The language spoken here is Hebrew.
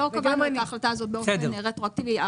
לא קבענו את ההחלטה הזאת באופן רטרואקטיבי.